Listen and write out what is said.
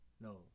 No